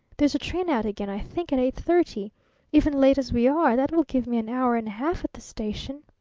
there's a train out again, i think, at eight-thirty. even late as we are, that will give me an hour and half at the station.